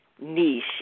niche